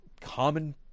common